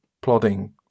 plodding